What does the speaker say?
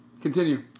Continue